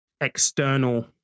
external